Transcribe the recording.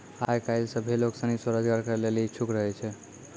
आय काइल सभ्भे लोग सनी स्वरोजगार करै लेली इच्छुक रहै छै